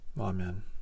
Amen